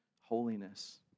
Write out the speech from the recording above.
holiness